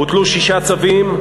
בוטלו שישה צווים,